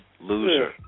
loser